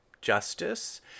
Justice